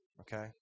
Okay